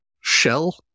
shell